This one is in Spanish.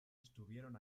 estuvieron